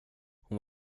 hon